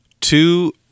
Two